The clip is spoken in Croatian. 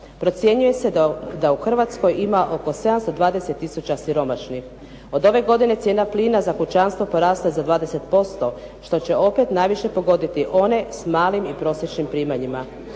Procjenjuje se da u Hrvatskoj ima oko 720 tisuća siromašnih. Od ove godine cijena plina za kućanstvo porasla je za 20%, što će opet najviše pogoditi one s malim i prosječnim primanjima.